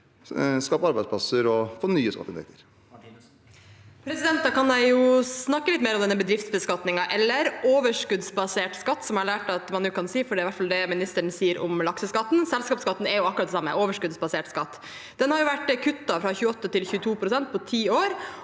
skape arbeidsplasser og få nye skatteinntekter. Marie Sneve Martinussen (R) Da kan jeg jo snakke litt mer om bedriftsbeskatningen, eller overskuddsbasert skatt, som jeg har lært at man kan si, for det er i hvert fall det ministeren sier om lakseskatten. Selskapsskatten er akkurat det samme: overskuddsbasert skatt. Den har vært kuttet fra 28 pst. til 22 pst. på ti år,